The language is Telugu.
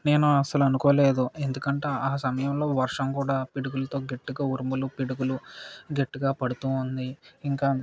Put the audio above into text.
నేను అసలు అనుకోలేదు ఎందుకంటే ఆ సమయంలో వర్షం కూడా పిడుగులతో గట్టిగా ఉరుములు పిడుగులు గట్టిగా పడుతు ఉంది ఇంకా